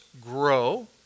grow